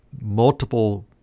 multiple